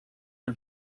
are